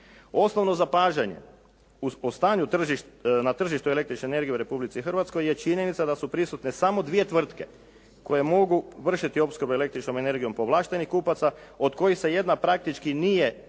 Osnovno zapažanje po stanju na tržištu električne energije u Republici Hrvatske je činjenica da su prisutne samo dvije tvrtke koje mogu vršiti opskrbu električnom energijom povlaštenih kupaca od kojih se jedna praktički nije ni